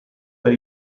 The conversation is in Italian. per